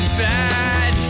bad